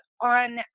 on